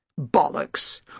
Bollocks